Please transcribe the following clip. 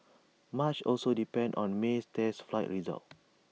much also depends on May's test flight results